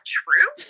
true